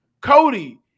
Cody